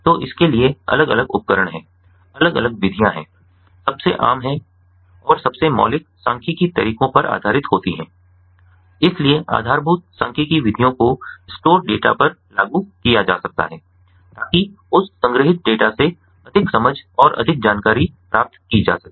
तो इसके लिए अलग अलग उपकरण हैं अलग अलग विधियां हैं सबसे आम और सबसे मौलिक सांख्यिकीय तरीकों पर आधारित होती हैं इसलिए आधारभूत सांख्यिकीय विधियों को स्टोर डेटा पर लागू किया जा सकता है ताकि उस संग्रहीत डेटा से अधिक समझ और अधिक जानकारी प्राप्त की जा सके